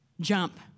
jump